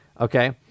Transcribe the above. Okay